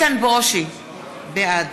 בעד